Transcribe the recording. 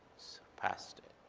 surpassed it.